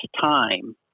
time